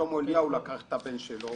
שלמה אליהו לקח את הבן שלו,